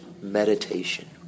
meditation